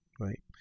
Right